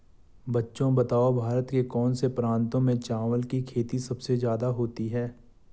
बच्चों बताओ भारत के कौन से प्रांतों में चावल की खेती सबसे ज्यादा होती है?